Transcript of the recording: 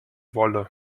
wolle